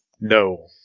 No